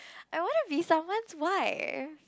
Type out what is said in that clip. I want to be someone's wife